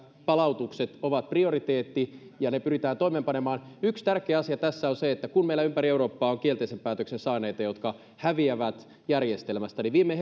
palautukset ovat prioriteetti ja ne pyritään toimeenpanemaan yksi tärkeä asia tässä on se että kun meillä ympäri eurooppaa on kielteisen päätöksen saaneita jotka häviävät järjestelmästä niin viime